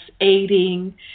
aiding